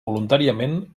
voluntàriament